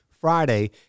Friday